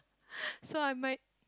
so I might